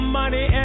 money